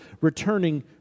returning